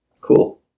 Cool